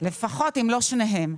אם לא שניהם.